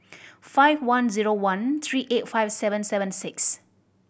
five one zero one three eight five seven seven six